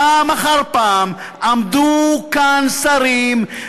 פעם אחר פעם עמדו כאן שרים,